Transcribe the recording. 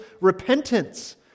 repentance